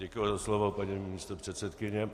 Děkuji za slovo, paní místopředsedkyně.